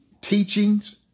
teachings